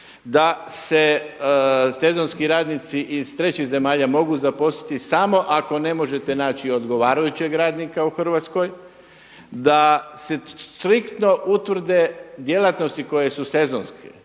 Da se sezonski radnici iz trećih zemalja mogu zaposliti samo ako ne možete naći odgovarajućeg radnika u Hrvatskoj, da se striktno utvrde djelatnosti koje su sezonske.